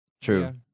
True